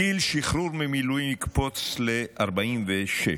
גיל השחרור ממילואים יקפוץ ל-46.